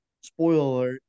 spoiler